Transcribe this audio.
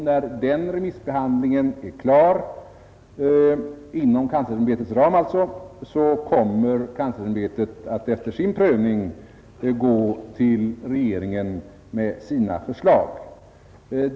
När den remissbehandlingen är klar, kommer kanslersämbetet att efter sin prövning gå till regeringen med sina förslag.